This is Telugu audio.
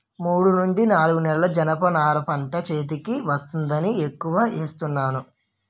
మూడు నుండి నాలుగు నెలల్లో జనప నార పంట చేతికి వచ్చేస్తుందని ఎక్కువ ఏస్తున్నాను